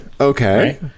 Okay